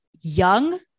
young